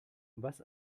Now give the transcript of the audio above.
was